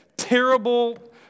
terrible